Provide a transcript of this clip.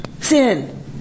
Sin